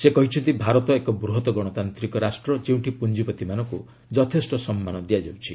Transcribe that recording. ସେ କହିଛନ୍ତି ଭାରତ ଏକ ବୃହତ ଗଣତାନ୍ତିକ ରାଷ୍ଟ୍ର ଯେଉଁଠି ପୁଞ୍ଜିପତିମାନଙ୍କୁ ଯଥେଷ୍ଟ ସନ୍ମାନ ଦିଆଯାଉଛି